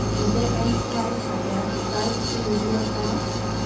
म्हज्या एमस्वायप खात्यांत जाय तितली निधी आसा